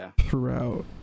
throughout